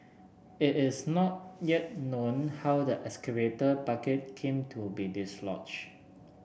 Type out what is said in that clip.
it is not yet known how the excavator bucket came to be dislodged